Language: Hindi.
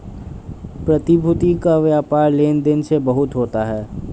प्रतिभूति का व्यापार लन्दन में बहुत होता है